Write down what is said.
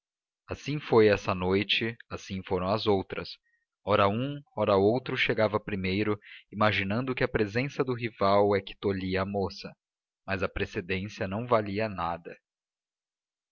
assim foi essa noite assim foram as outras ora um ora outro chegava primeiro imaginando que a presença do rival é que tolhia a moça mas a precedência não valia nada